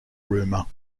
rumor